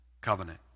covenant